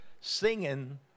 singing